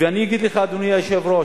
ואני אגיד לך, אדוני היושב-ראש,